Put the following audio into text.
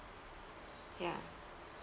ya